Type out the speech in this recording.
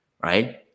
right